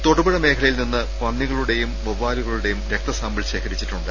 തൊടുപുഴ മേഖലയിൽ നിന്ന് പന്നികളുടെയും വവ്വാലുകളുടെയും രക്തസാമ്പിൾ ശേഖരിച്ചിട്ടുണ്ട്